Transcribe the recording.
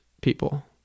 people